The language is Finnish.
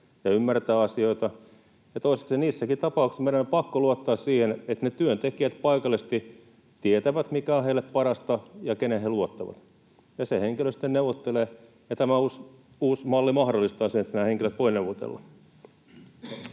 ja ymmärtää asioita. Ja toisekseen niissäkin tapauksissa meidän on pakko luottaa siihen, että ne työntekijät paikallisesti tietävät, mikä on heille parasta, ja keneen he luottavat. Ja se henkilö sitten neuvottelee, ja tämä uusi malli mahdollistaa sen, että nämä henkilöt voivat neuvotella.